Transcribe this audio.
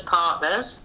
partners